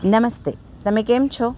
નમસ્તે તમે કેમ છો